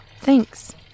Thanks